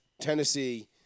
Tennessee